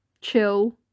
chill